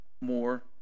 more